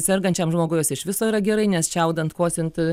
sergančiam žmogui jos iš viso yra gerai nes čiaudant kosint